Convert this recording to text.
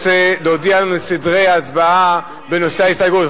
רוצה להודיע לנו על סדרי ההצבעה בנושא ההסתייגות.